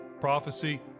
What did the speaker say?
prophecy